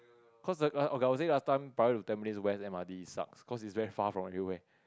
cause the okay I was said last time private to Tampines West M_R_T sucks cause is very from Hillway